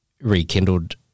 rekindled